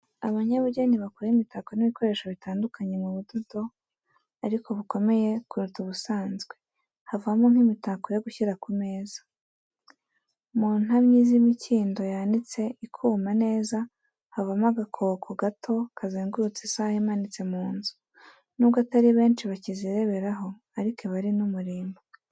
Abanyabugeni bakora imitako n'ibikoresho bitandukanye, mu budodo ariko bukomeye kuruta ubusanzwe, havamo nk'imitako yo gushyira ku meza. Mu ntamyi z'imikindo yanitswe ikuma neza havamo agakoko gato kazengurutse isaha imanitse mu nzu, n'ubwo atari benshi bakizireberaho, ariko iba ari n'umurimbo.